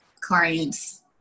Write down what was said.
clients